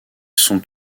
sont